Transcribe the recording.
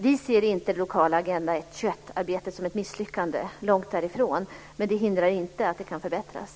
Vi ser inte det lokala Agenda 21-arbetet som ett misslyckande, långt därifrån, men det hindrar inte att det kan förbättras.